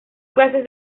clases